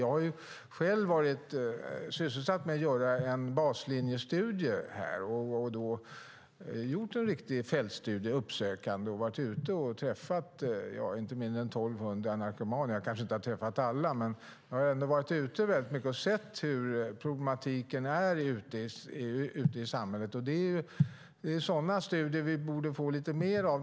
Jag har ju själv varit sysselsatt med att göra en baslinjestudie och då gjort en riktig uppsökande fältstudie, varit ute och träffat inte mindre än 1 200 narkomaner. Jag kanske inte har träffat alla, men jag har ändå varit ute väldigt mycket och sett hur problematiken är ute i samhället. Det är sådana studier vi borde få lite mer av.